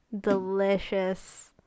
Delicious